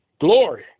Glory